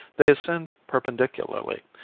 they ascend perpendicularly,